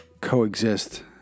Coexist